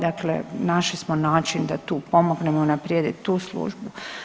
Dakle, našli smo način da tu pomognemo unaprijediti tu službu.